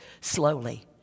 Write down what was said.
slowly